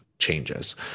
Changes